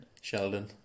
Sheldon